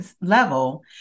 level